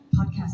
podcast